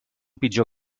pitjor